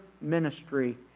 ministry